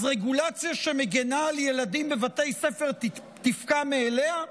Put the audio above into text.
אז רגולציה שמגינה על ילדים בבתי ספר תפקע מאליה?